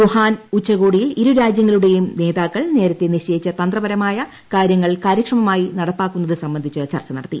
Wuhan ഉച്ചകോടിയിൽ ഇരുരാജ്യങ്ങളുടെയും നേതാക്കൾ നേരത്തെ നിശ്ചയിച്ച തന്ത്രപരമായ കാര്യങ്ങൾ കാര്യക്ഷമമായി നടപ്പാക്കുന്നത് സംബന്ധിച്ച് ചർച്ച നടത്തി